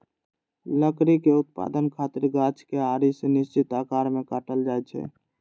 लकड़ी के उत्पादन खातिर गाछ कें आरी सं निश्चित आकार मे काटल जाइ छै